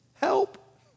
help